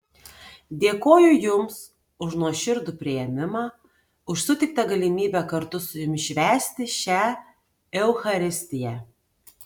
dėkoju jums už nuoširdų priėmimą už suteiktą galimybę kartu su jumis švęsti šią eucharistiją